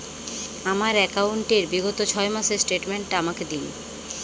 আমার অ্যাকাউন্ট র বিগত ছয় মাসের স্টেটমেন্ট টা আমাকে দিন?